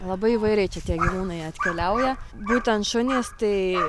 labai įvairiai čia tie gyvūnai atkeliauja būtent šunys tai